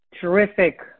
Terrific